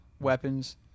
weapons